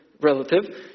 relative